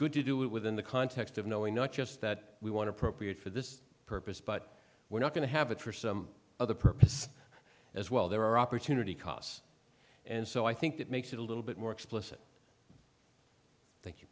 good to do it within the context of knowing not just that we want to procreate for this purpose but we're not going to have it for some other purpose as well there are opportunity costs and so i think that makes it a little bit more explicit thank you